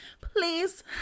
please